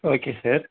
okay sir